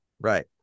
right